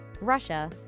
Russia